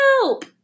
help